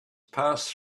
passed